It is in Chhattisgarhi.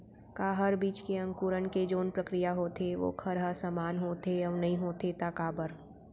का हर बीज के अंकुरण के जोन प्रक्रिया होथे वोकर ह समान होथे, अऊ नहीं होथे ता काबर?